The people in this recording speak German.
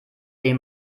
denen